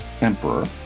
emperor